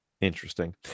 Interesting